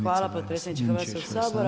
Hvala potpredsjedniče Hrvatskoga sabora.